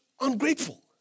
ungrateful